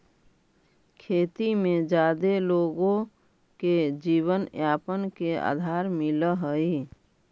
खेती में जादे लोगो के जीवनयापन के आधार मिलऽ हई